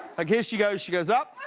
like here she goes she goes up